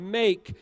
make